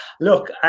Look